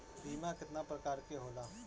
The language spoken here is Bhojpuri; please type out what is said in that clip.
बीमा केतना प्रकार के होला?